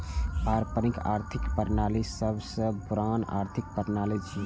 पारंपरिक आर्थिक प्रणाली सबसं पुरान आर्थिक प्रणाली छियै